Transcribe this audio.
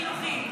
חינוכיים.